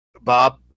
Bob